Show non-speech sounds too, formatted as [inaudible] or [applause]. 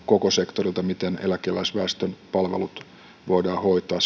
koko sektorilla pidempiaikainen ohjelma miten eläkeläisväestön palvelut voidaan hoitaa [unintelligible]